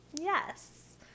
Yes